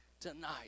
tonight